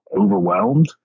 overwhelmed